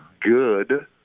good